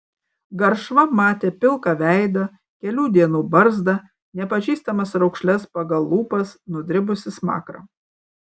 garšva matė pilką veidą kelių dienų barzdą nepažįstamas raukšles pagal lūpas nudribusį smakrą